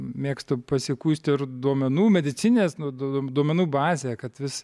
mėgstu pasikuisti ir duomenų medicininės nudu duomenų bazę kad vis